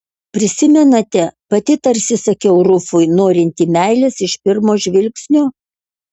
prisimenate pati tarsi sakiau rufui norinti meilės iš pirmo žvilgsnio